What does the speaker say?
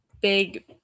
big